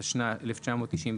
התשנ"ה-1995,